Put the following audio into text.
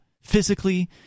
Physically